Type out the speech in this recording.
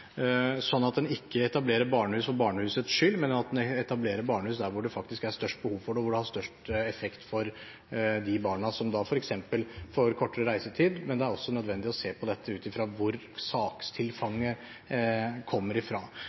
sånn at en ikke etablerer barnehus for barnehusets skyld, men at en etablerer barnehus der hvor det faktisk er størst behov for det, og hvor det har størst effekt for de barna som f.eks. får kortere reisetid. Men det er også nødvendig å se på dette ut fra hvor sakstilfanget kommer